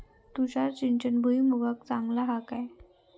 तुषार सिंचन भुईमुगाक चांगला हा काय?